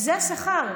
זה השכר.